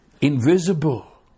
invisible